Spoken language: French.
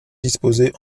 disposées